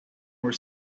were